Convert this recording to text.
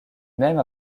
même